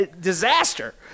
disaster